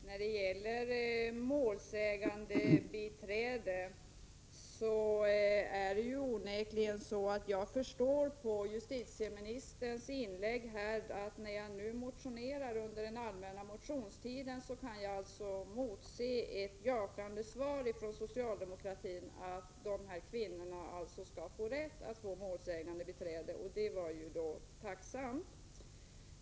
Herr talman! Jag förstår av justitieministerns inlägg, att när jag nu motionerar under den allmänna motionstiden, kan jag motse ett jakande svar från socialdemokratin när det gäller de här kvinnornas rätt att få målsägandebiträde. Det var ju tacknämligt.